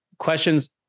Questions